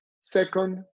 Second